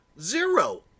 Zero